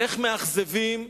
איך מאכזבים,